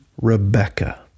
Rebecca